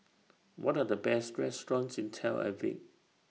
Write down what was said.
What Are The Best restaurants in Tel Aviv